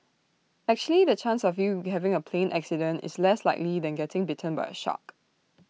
actually the chance of you having A plane accident is less likely than getting bitten by A shark